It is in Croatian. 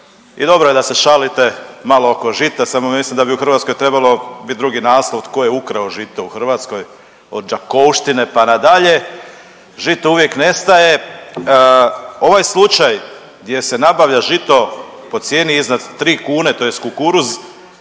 i dobro je da se šalite malo oko žita, samo mislim da bi u Hrvatskoj trebalo bit drugi naslov, tko je ukrao žito u Hrvatskoj od Đakovštine, pa nadalje, žito uvijek nestaje. Ovaj slučaj gdje se nabavlja žito po cijeni iznad 3 kune tj. kukuruz,